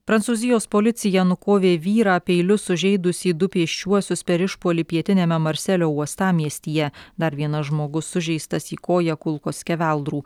prancūzijos policija nukovė vyrą peiliu sužeidusį du pėsčiuosius per išpuolį pietiniame marselio uostamiestyje dar vienas žmogus sužeistas į koją kulkos skeveldrų